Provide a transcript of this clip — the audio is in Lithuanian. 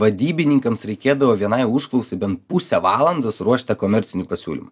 vadybininkams reikėdavo vienai užklausai bent pusę valandos ruošt tą komercinį pasiūlymą